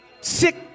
sick